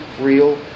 real